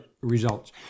results